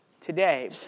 today